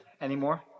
anymore